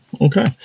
Okay